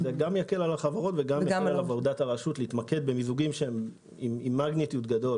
יקל על החברות ויקל על עבודה הרשות ויאפשר להתמקד במיזוגים גדולים יותר.